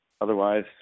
Otherwise